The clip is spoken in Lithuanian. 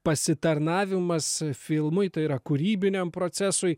pasitarnavimas filmui tai yra kūrybiniam procesui